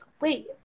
wait